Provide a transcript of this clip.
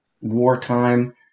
wartime